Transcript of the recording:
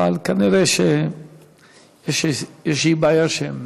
אבל כנראה יש איזושהי בעיה, והם